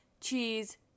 cheese